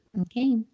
Okay